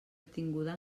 obtinguda